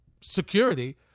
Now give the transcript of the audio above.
security